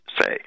say